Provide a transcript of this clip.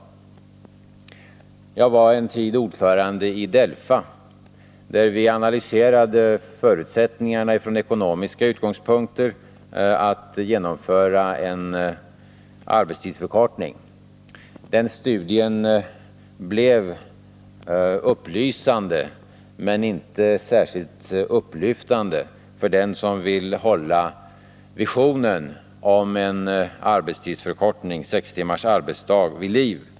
Jag var en tid ordförande i DELFA, där vi analyserade förutsättningarna från ekonomiska utgångspunkter att genomföra en arbetstidsförkortning. Den studien var upplysande men inte särskilt upplyftande för den som vill hålla visionen om sex timmars arbetsdag vid liv.